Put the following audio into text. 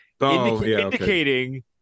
indicating